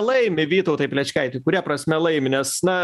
laimi vytautai plečkaiti kuria prasme laimi nes na